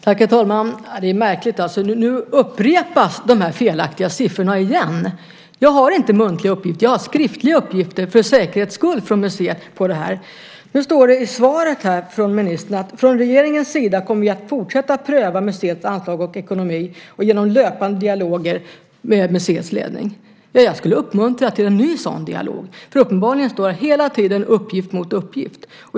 Herr talman! Ja, det är märkligt. Nu upprepas de här felaktiga siffrorna igen. Jag har inte muntliga uppgifter. Jag har för säkerhets skull skriftliga uppgifter på det här från museet. Det står så här i svaret från ministern: Från regeringens sida kommer vi att fortsätta att pröva museets anslag och ekonomi genom löpande dialoger med museets ledning. Jag skulle vilja uppmuntra till en ny sådan dialog för uppenbarligen står hela tiden uppgift mot uppgift.